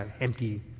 empty